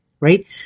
Right